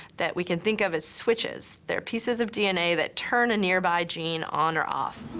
that we can think of as switches. they're pieces of d n a. that turn a nearby gene on or off,